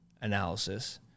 analysis